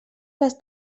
les